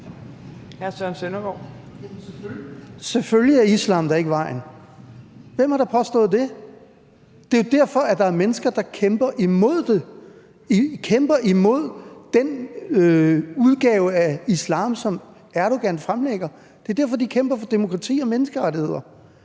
Selvfølgelig er islam da ikke vejen. Hvem har da påstået det? Det er jo derfor, der er mennesker, der kæmper imod det, kæmper imod den udgave af islam, som Erdogan fremlægger. Det er derfor, de kæmper for demokrati og menneskerettigheder.